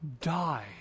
Die